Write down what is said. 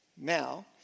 Now